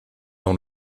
dans